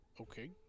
Okay